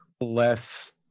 less